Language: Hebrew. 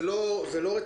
זה לא רציני.